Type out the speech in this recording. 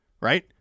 right